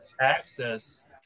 access